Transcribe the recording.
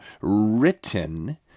written